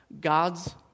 God's